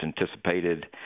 anticipated